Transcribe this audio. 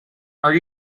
are